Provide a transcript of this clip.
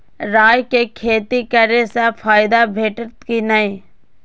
राय के खेती करे स फायदा भेटत की नै?